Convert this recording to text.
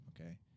Okay